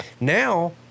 Now